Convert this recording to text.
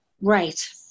Right